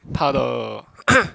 他的